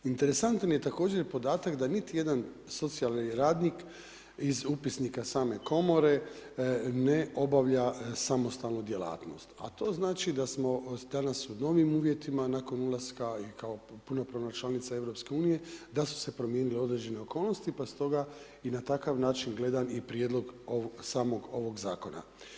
Interesantan je također podatak da niti jedan socijalni radnik iz upisnika same komore ne obavlja samostalnu djelatnost, a to znači da smo danas u novim uvjetima nakon ulaska i kao punopravna članica EU da su se promijenile određene okolnosti pa s toga i na takav način gledam i prijedlog samog ovog zakona.